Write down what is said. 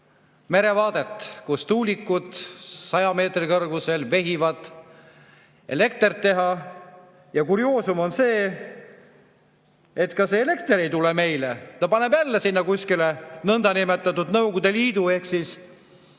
merevaadet, kus tuulikud 100 meetri kõrgusel vehivad elektrit teha. Ja kurioosum on see, et ka see elekter ei tule meile, ta paneb jälle sinna kuskile nõndanimetatud Nõukogude Liidu ehk siis Euroopa